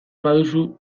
baduzu